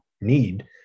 need